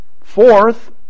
Fourth